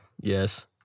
Yes